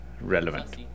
relevant